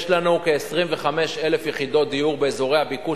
יש לנו כ-25,000 יחידות דיור באזורי הביקוש